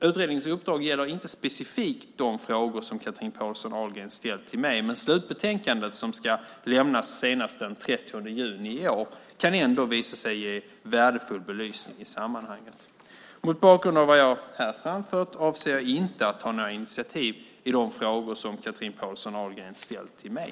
Utredningens uppdrag gäller inte specifikt de frågor som Chatrine Pålsson Ahlgren ställt till mig, men slutbetänkandet, som ska lämnas senast den 30 juni i år, kan ändå visa sig ge värdefull belysning i sammanhanget. Mot bakgrund av vad jag här framfört avser jag inte att ta några initiativ i de frågor som Chatrine Pålsson Ahlgren ställt till mig.